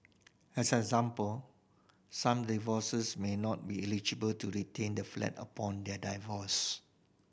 as an example some divorces may not be eligible to retain the flat upon their divorce